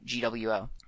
GWO